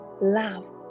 love